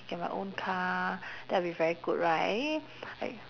get my own car that'll be very good right I